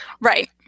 Right